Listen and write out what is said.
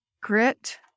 grit